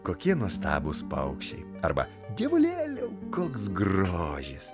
kokie nuostabūs paukščiai arba dievulėliau koks grožis